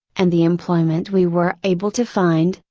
and the employment we were able to find,